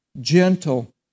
gentle